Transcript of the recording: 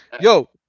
Yo